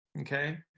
okay